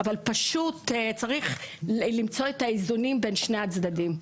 אבל צריך למצוא את האיזונים בין שני הצדדים.